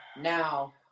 now